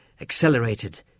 accelerated